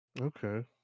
Okay